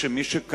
אדוני היושב-ראש,